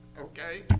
Okay